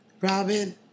Robin